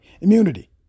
immunity